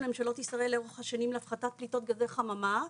ממשלות ישראל לאורך השנים להפחתת פליטות גזי חממה.